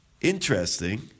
Interesting